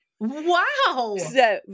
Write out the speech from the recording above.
Wow